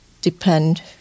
depend